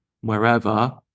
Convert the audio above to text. wherever